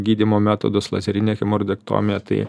gydymo metodus lazerinė hemoroidektomija tai